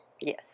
Yes